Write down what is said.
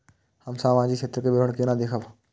हम सामाजिक क्षेत्र के विवरण केना देखब?